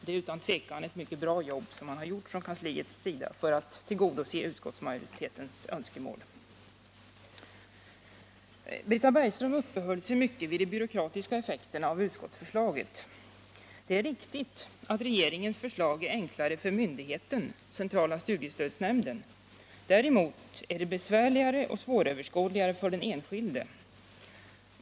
Det är utan tvivel ett mycket bra jobb kansliet har gjort för att tillgodose utskottsmajoritetens önskemål. Britta Bergström uppehöll sig mycket vid de byråkratiska effekterna av utskottsförslaget. Det är riktigt att regeringens förslag är enklare för myndigheten, centrala studiestödsnämnden. Däremot är det besvärligt och svåröverskådligt för den enskilde.